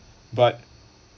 but